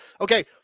Okay